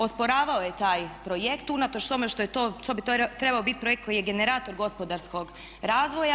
Osporavao je taj projekt unatoč tome što bi to trebao biti projekt koji je generator gospodarskog razvoja.